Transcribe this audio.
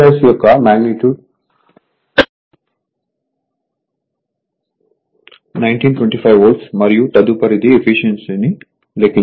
V2 యొక్క magnitude 1925 volts మరియు తదుపరిది ఏఫిషియన్సీ ని లెక్కించాలి